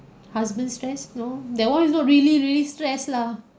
husband stress no that one is not really really stress lah